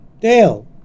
Dale